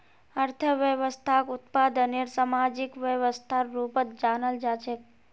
अर्थव्यवस्थाक उत्पादनेर सामाजिक व्यवस्थार रूपत जानाल जा छेक